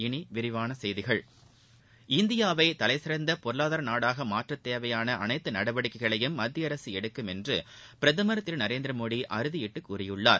இனி விரிவான செய்திகள் இந்தியாவை தலைசிறந்த பொருளாதார நாடாக மாற்றத் தேவையான அனைத்து நடவடிக்கைகளையும் மத்திய அரசு எடுக்கும் என்று பிரதமர் திரு நரேந்திரமோடி அறுதியிட்டு கூறியிருக்கிறார்